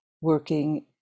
working